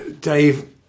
Dave